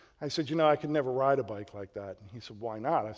i said, you know, i can never ride a bike like that. and he said, why not? i